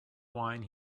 wine